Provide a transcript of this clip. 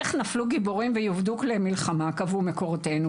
איך נפלו גיבורים ויאבדו כלי מלחמה?" קבעו מקורותינו.